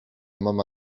mama